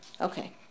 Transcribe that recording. Okay